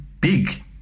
big